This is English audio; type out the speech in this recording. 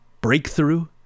breakthrough